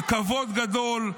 כבוד גדול.